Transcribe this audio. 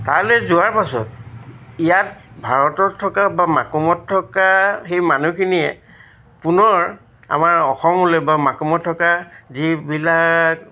তালৈ যোৱাৰ পাছত ইয়াত ভাৰতত থকা বা মাকুমত থকা সেই মানুহখিনিয়ে পুনৰ আমাৰ অসমলৈ বা মাকুমত থকা যিবিলাক